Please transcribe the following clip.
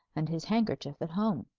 and his handkerchief at home.